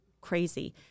crazy